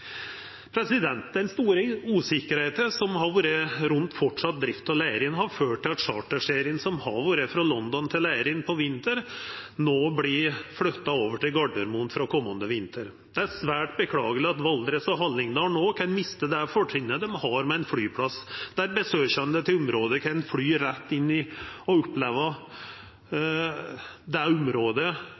vidare. Den store usikkerheita som har vore rundt fortsatt drift av Leirin, har ført til at charterserien som har gått frå London til Leirin om vinteren, vert flytta over til Gardermoen frå komande vinter. Det er svært beklageleg at Valdres og Hallingdal no kan mista det fortrinnet dei har med ein flyplass, der besøkande til området kan fly rett inn og oppleva området frå flyet når dei landar i